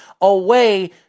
away